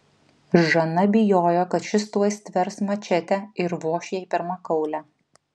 žana bijojo kad šis tuoj stvers mačetę ir voš jai per makaulę